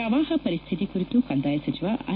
ಪ್ರವಾಹ ಪರಿಸ್ಲಿತಿ ಕುರಿತು ಕಂದಾಯ ಸಚಿವ ಆರ್